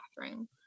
bathroom